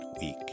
week